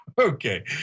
Okay